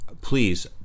Please